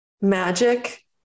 magic